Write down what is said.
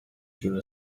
جون